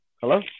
hello